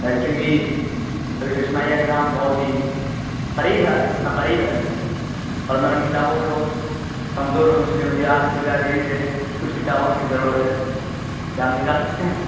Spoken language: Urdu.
ہے کیوںکہ ابھی ششماہی ایگزام بہت ہی قریب ہے قریب ہے اور میں ان کتابوں میں وہ کمزور ہوں اس لیے مجھے آپ کی لائیبریری سے کچھ کتابوں کی ضرورت ہے کیا ہم نکال سکتے ہیں